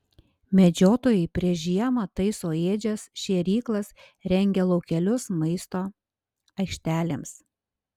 medžiotojai prieš žiemą taiso ėdžias šėryklas rengia laukelius maisto aikštelėms